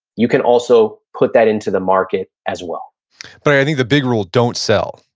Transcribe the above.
you can also put that into the market, as well but i think the big rule, don't sell,